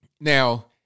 Now